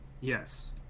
Yes